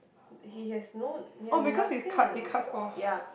he has no he has nothing on the bed ya